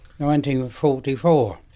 1944